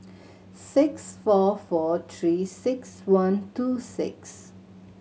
six four four Three Six One two six